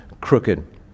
crooked